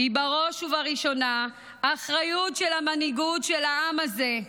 שכל זה הוא בראש ובראשונה אחריות של המנהיגות של העם הזה,